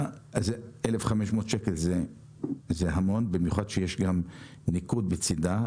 1.500 זה המון כסף, במיוחד שיש גם ניקוד בצידו.